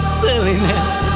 silliness